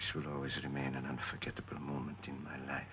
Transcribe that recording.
should always remain and forget to put a moment in my life